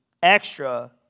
extra